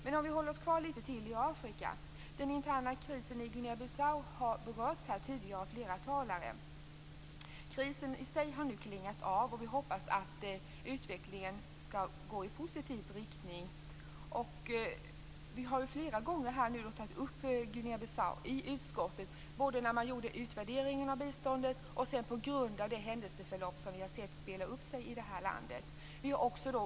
Men låt oss hålla oss kvar lite till i Afrika. Den interna krisen i Guinea-Bissau har berörts av flera tidigare talare. Krisen i sig har nu klingat av, och vi hoppas att utvecklingen skall gå i positiv riktning. Vi har flera gånger tagit upp frågan om Guinea-Bissau i utskottet, både vid utvärderingen av biståndet och sedan på grund av det händelseförlopp som har spelats upp i landet.